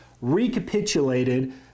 recapitulated